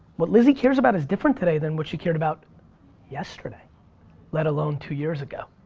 what lizzie cares about is different today than what she cared about yesterday let alone two years ago.